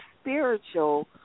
spiritual